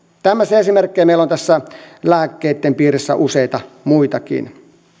tämmöisiä esimerkkejä meillä on tässä lääkkeitten piirissä useita muitakin